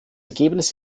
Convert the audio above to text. ergebnis